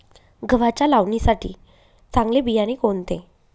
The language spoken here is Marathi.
गव्हाच्या लावणीसाठी चांगले बियाणे कोणते?